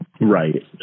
Right